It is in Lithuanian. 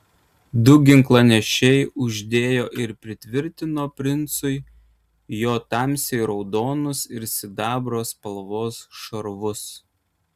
du ginklanešiai uždėjo ir pritvirtino princui jo tamsiai raudonus ir sidabro spalvos šarvus